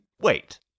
Wait